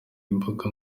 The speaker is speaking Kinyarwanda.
mbuga